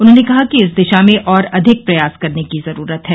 उन्होंने कहा कि इस दिशा में और अधिक प्रयास करने की जरूरत है